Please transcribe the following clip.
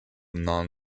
non